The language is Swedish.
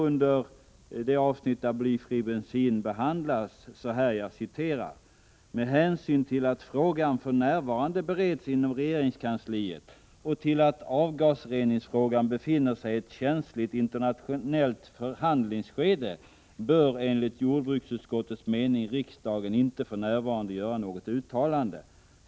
Under det avsnitt där frågan om blyfri bensin behandlas står det: ”Med hänsyn till att frågan för närvarande bereds inom regeringskansliet och till att avgasreningsfrågan befinner sig i ett känsligt internationellt förhandlingsskede bör enligt jordbruksutskottets mening riksdagen inte för närvarande göra något uttalande.